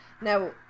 now